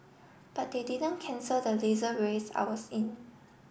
but they didn't cancel the Laser Race I was in